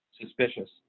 suspicious